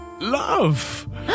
love